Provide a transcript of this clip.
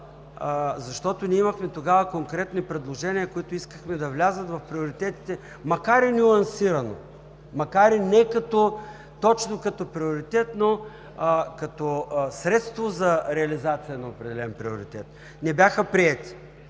защото тогава имахме конкретни предложения, които искахме да влязат в приоритетите, макар и нюансирано, макар и не точно като приоритет, а като средство за реализация на определен приоритет. Не бяха приети.